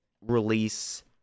release